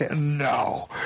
No